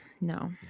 no